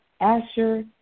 Asher